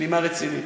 בנימה רצינית,